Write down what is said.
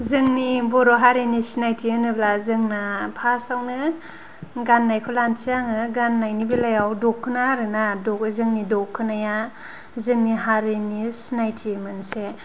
जोंनि बर' हारिनि सिनायथि होनोब्ला जोंना फार्स्ट आवनो गान्नायखौ लानोसै आङो गान्नायनि बेलायाव दखना आरो ना जोंनि दखनाया जोंनि हारिनि सिनायथि मोनसे